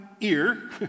ear